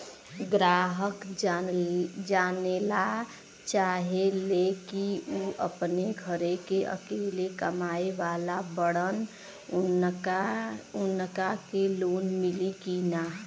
ग्राहक जानेला चाहे ले की ऊ अपने घरे के अकेले कमाये वाला बड़न उनका के लोन मिली कि न?